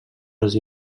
les